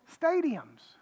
stadiums